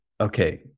okay